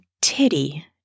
titty